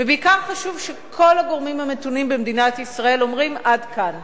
ובעיקר חשוב שכל הגורמים המתונים במדינת ישראל אומרים: עד כאן.